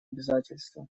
обязательства